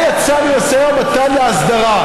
מה יצא מהמשא ומתן על הסדרה?